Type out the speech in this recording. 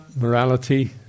morality